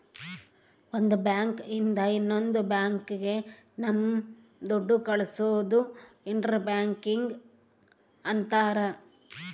ಒಂದ್ ಬ್ಯಾಂಕ್ ಇಂದ ಇನ್ನೊಂದ್ ಬ್ಯಾಂಕ್ ಗೆ ನಮ್ ದುಡ್ಡು ಕಳ್ಸೋದು ಇಂಟರ್ ಬ್ಯಾಂಕಿಂಗ್ ಅಂತಾರ